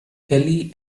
kelly